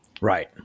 Right